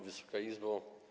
Wysoka Izbo!